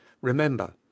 Remember